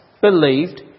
believed